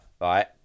right